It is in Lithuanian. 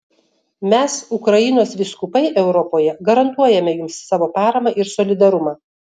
mes ukrainos vyskupai europoje garantuojame jums savo paramą ir solidarumą